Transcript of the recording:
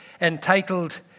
entitled